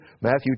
Matthew